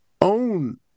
own